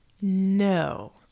No